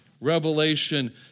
Revelation